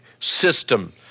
system